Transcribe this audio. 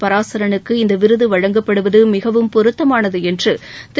பராசரனுக்கு இந்த விருது வழங்கப்படுவது மிகவும் பொருத்தமானது என்று திரு